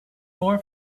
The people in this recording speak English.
more